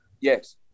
Yes